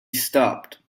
stopped